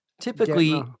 Typically